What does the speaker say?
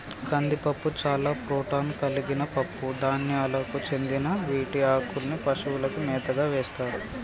కందిపప్పు చాలా ప్రోటాన్ కలిగిన పప్పు ధాన్యాలకు చెందిన వీటి ఆకుల్ని పశువుల మేతకు వేస్తారు